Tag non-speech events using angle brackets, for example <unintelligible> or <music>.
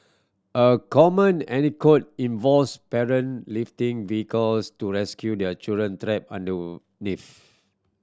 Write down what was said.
a common <unintelligible> involves parent lifting vehicles to rescue their children trapped underneath